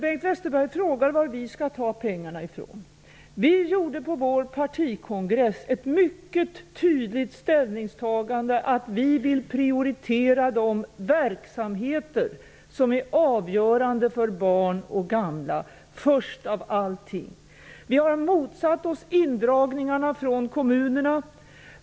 Bengt Westerberg frågar var vi socialdemokrater skall ta pengarna ifrån. På vår partikongress gjordes ett mycket tydligt ställningstagande, nämligen att vi vill prioritera de verksamheter som är avgörande för barn och gamla. Och det vill vi göra först av allting. Vi har motsatt oss indragningarna från kommunerna.